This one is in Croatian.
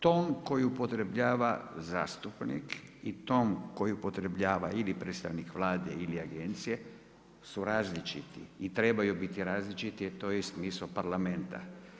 Ton koji upotrebljava zastupnik i ton koji upotrebljava ili predstavnik Vlade ili agencije su različiti i trebaju biti različiti, jer to je i smisao Parlamenta.